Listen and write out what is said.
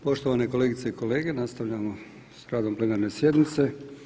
Poštovane kolegice i kolege nastavljamo s radom Plenarne sjednice.